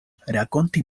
rakonti